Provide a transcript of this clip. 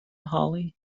hollie